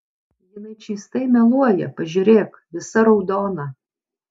jinai čystai meluoja pažiūrėk visa raudona